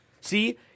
see